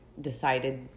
decided